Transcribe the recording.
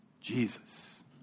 Jesus